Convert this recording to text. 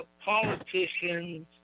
politicians